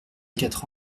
quatre